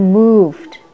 moved